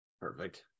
Perfect